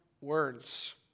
words